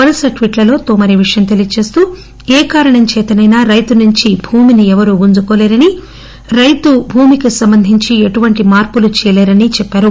వరుస ట్స్టిట్లలో తోమర్ ఈ విషయం తెలియచేస్తూ ఏ కారణం చేతనైనా రైతు నుంచి భూమిని ఎవరు గుంజుకోలేరని రైతు భూమికి సంబంధించి ఎటువంటి మార్సులు చేయలేరని తోమర్ చెప్పారు